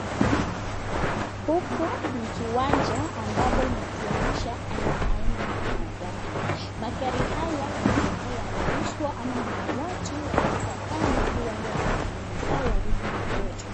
Huku ni kiwanja ambapo inatuonyesha aina aina za magari. Magari haya yanawezeka yanauzwa ama ni ya watu wamekaa kando ili wafanye kazi zao warudi baadae wachukue.